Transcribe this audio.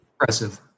impressive